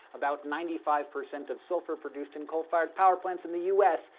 about ninety five percent of sulfur produced in coal fired power plants in the u s.